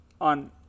on